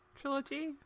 trilogy